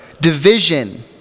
division